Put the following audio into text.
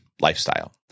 lifestyle